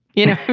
you know,